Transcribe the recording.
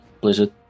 Blizzard